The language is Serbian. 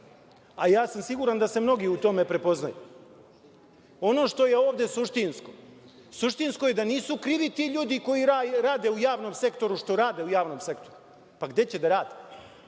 a siguran sam da se mnogi u tome prepoznaju. Ono što je ovde suštinsko, suštinsko je da nisu krivi ti ljudi koji rade u javnom sektoru, što rade u javnom sektoru, pa gde će da rade?